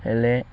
ହେଲେ